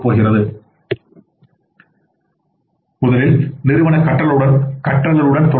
இப்போது முதலில் நிறுவன கற்றலுடன் தொடங்குவோம்